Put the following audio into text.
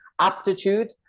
aptitude